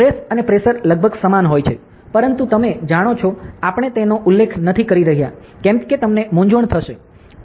stress અને pressure લગભગ સમાન હોય છે પરંતુ તમે જાણો છો આપણે તેનો ઉલ્લેખ નથી કરી રહ્યા કેમ કે તમને મૂંઝવણ થસે